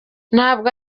ntabwo